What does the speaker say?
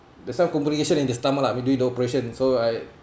the some complications in the stomach lah I mean during the operation so I